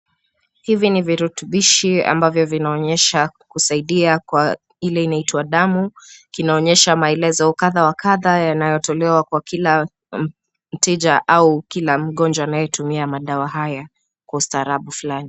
Hivi ni virutubishi ambavyo vinaonyesha kusaidia kwa ile inaitwa damu kinaonyesha maelezo kadha wa kadha yanayotolewa kwa kila mteja au kila mgonjwa anayetumia madawa haya kwa kustaarabu fulani.